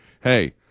hey